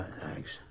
thanks